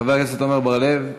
חבר הכנסת עמר בר-לב,